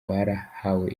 barahawe